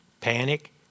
Panic